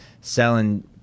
selling